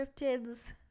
cryptids